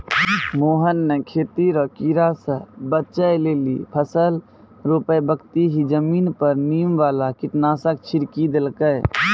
मोहन नॅ खेती रो कीड़ा स बचै लेली फसल रोपै बक्ती हीं जमीन पर नीम वाला कीटनाशक छिड़की देलकै